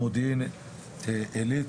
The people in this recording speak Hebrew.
מודיעין עלית,